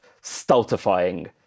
stultifying